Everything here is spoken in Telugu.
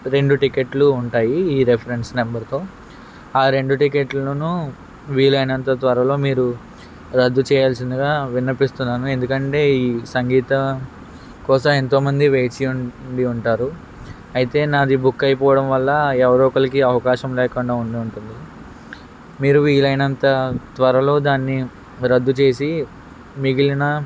రెండు టికెట్లు ఉంటాయి ఈ రెఫరెన్స్ నంబర్తో ఆ రెండు టికెట్లునూ వీలైనంత త్వరలో మీరు రద్దు చేయాల్సిందిగా విన్నవిస్తున్నాను ఎందుకంటే ఈ సంగీత కోసం ఎంతోమంది వేచి ఉండి ఉంటారు అయితే నాది బుక్ అయిపోవడం వల్ల ఎవరో ఒకళ్ళకి అవకాశం లేకుండా ఉండి ఉంటుంది మీరు వీలైనంత త్వరలో దాన్ని రద్దు చేసి మిగిలిన